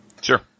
Sure